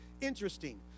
interesting